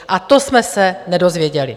A to jsme se nedozvěděli.